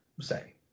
say